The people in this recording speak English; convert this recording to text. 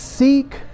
Seek